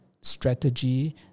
strategy